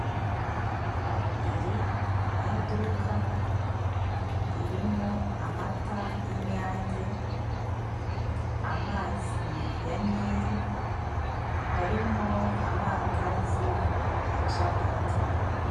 Iri ni iduka ririmo amata y'inyange, amazi ya nili, harimo amandazi na capati.